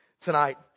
tonight